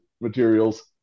materials